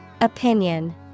Opinion